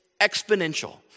exponential